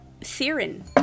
Theron